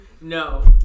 No